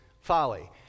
folly